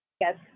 Yes